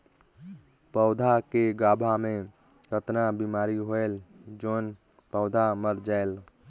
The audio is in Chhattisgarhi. पौधा के गाभा मै कतना बिमारी होयल जोन पौधा मर जायेल?